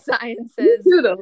sciences